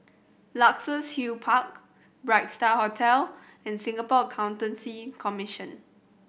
Luxus Hill Park Bright Star Hotel and Singapore Accountancy Commission